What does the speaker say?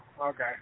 okay